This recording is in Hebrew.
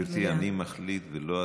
גברתי, אני מחליט ולא את.